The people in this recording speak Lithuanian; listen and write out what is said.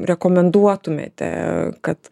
rekomenduotumėte kad